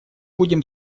будем